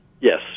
Yes